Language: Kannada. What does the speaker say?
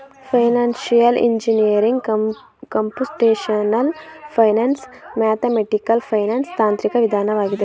financial engineering computational finance, mathematical finance ತಾಂತ್ರಿಕ ವಿಧಾನವಾಗಿದೆ